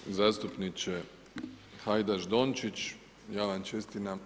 Hvala lijepa zastupniče Hajdaš-Dončić, ja vam